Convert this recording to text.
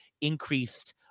increased